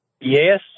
yes